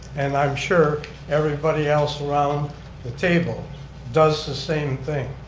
and i'm sure everybody else around the table does the same thing.